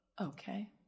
Okay